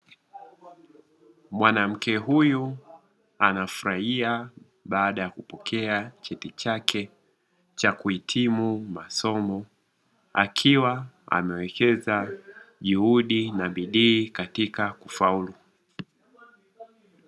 Mwanamke huyu anafurahia baada ya kupokea cheti chake cha kuhitimu masomo, akiwa amewekeza juhudi na bidii katika kufaulu.